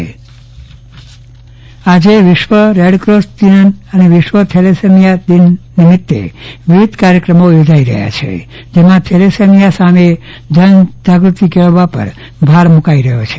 Chandravadan Pattani thalassemia જાગૃતિ આજે વિશ્વ રેડક્રોસ દિન અને વિશ્વ થેલેસેમિયા દિન નિમિત્તે વિવિધ કાર્યક્રમો યોજાઈ રહ્યા છે જેમાં થેલેસેમિયા સામે જનજાગ્રતિ કેળવવા પર ભાર મુકાઈ રહ્યો છે